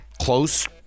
close